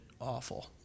awful